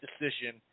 decision